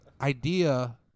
idea